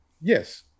Yes